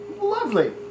lovely